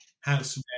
house